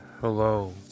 Hello